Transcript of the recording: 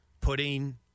Putting